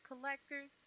collectors